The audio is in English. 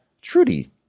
Trudy